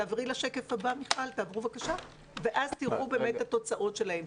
בשקף הבא תראו את התוצאות שלהם.